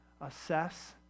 assess